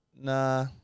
Nah